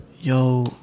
Yo